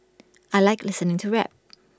I Like listening to rap